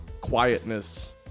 quietness